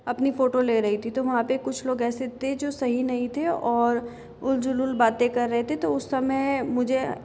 अपनी फोटो ले रही थी तो वहाँ पर कुछ लोग ऐसे थे जो सही नहीं थे और ऊल जलूल बातें कर रहे थे तो उस समय मुझे